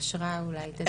אושרה אולי תתייחס.